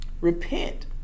repent